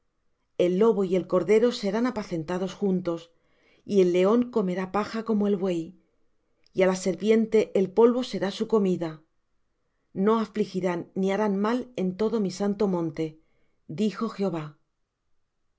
el lobo y el cordero serán apacentados juntos y el león comerá paja como el buey y á la serpiente el polvo será su comida no afligirán ni harán mal en todo mi santo monte dijo jehová